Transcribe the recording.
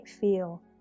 feel